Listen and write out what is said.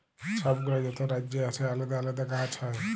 ছব গুলা যত রাজ্যে আসে আলেদা আলেদা গাহাচ হ্যয়